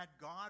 God